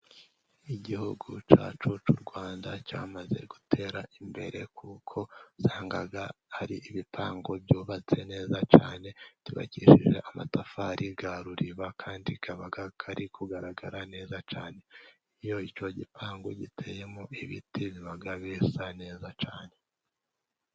Igihugu cyacu cy'u Rwanda cyamaze gutera imbere, kuko usanga hari ibipangu byubatse neza cyane, byubakishije n'amatafari ya Ruriba. Kandi aba ari kugaragara neza cyane. Iyo icyo gipangu giteyemo ibiti biba bisa neza cyane.